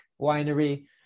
winery